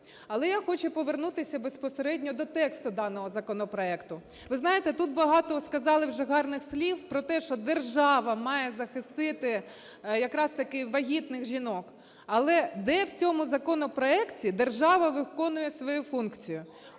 Але я хочу повернутися безпосередньо до тексту даного законопроекту. Ви знаєте, тут багато сказали вже гарних слів про те, що держава має захистити якраз таки вагітних жінок. Але де в цьому законопроекті держава виконує свою функцію?